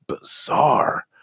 bizarre